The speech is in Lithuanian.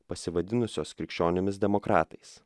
pasivadinusios krikščionimis demokratais